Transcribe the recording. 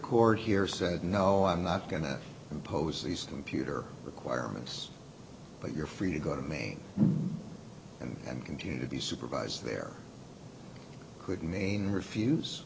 court here said no i'm not going to impose these computer requirements but you're free to go to me and continue to be supervised there could mean refuse